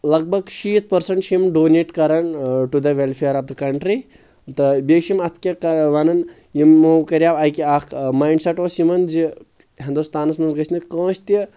لگ بگ شیٖتھ پٔرسَنٛٹ چھِ یِم ڈونیٹ کران to the welfare of the country تہٕ بیٚیہِ چھِ یِم اَتھ کیاہ وَنان یِمو کَریٚو اَکہِ اکھ مایِنٛڈ سیٚٹ اوس یِوان زِ ہِندوستانَس منٛز گژھِ نہٕ کٲنٛسہِ تہِ